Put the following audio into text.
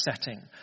setting